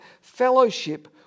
fellowship